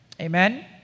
Amen